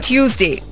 Tuesday